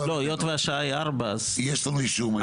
היות והשעה היא 16:00. יש לנו אישור מיושב הראש.